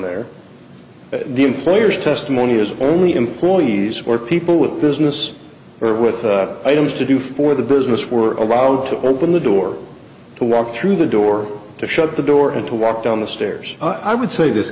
there at the employer's testimony is only employees or people with business or with items to do for the business were allowed to open the door to walk through the door to shut the door and to walk down the stairs i would say this